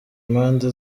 impande